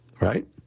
right